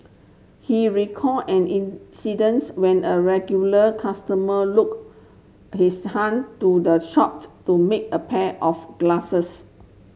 he recall an incidence when a regular customer look his hung to the shopped to make a pair of glasses